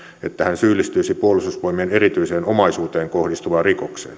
että hän syyllistyisi puolustusvoimien erityiseen omaisuuteen kohdistuvaan rikokseen